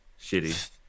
Shitty